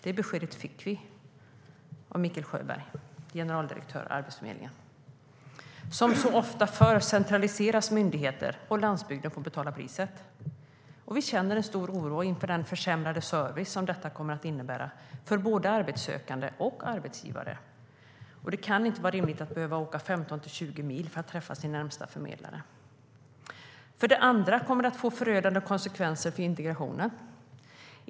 Det beskedet fick vi av Mikael Sjöberg, generaldirektör för Arbetsförmedlingen. Som så ofta förr centraliseras myndigheter, och landsbygden får betala priset. Vi känner stor oro inför den försämrade service som detta kommer att innebära för både arbetssökande och arbetsgivare. Det kan inte vara rimligt att behöva åka 15-20 mil för att träffa sin närmaste förmedlare. För det andra kommer det att få förödande konsekvenser för integrationen.